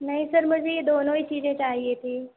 नहीं सर मुझे ये दोनों ही चीजें चाहिए थी